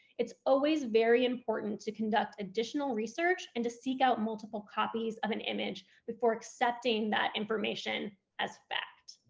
it's always very important to conduct additional research and to seek out multiple copies of an image before accepting that information as fact.